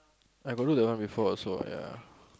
I got do that one before also what ya